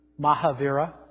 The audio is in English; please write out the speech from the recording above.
Mahavira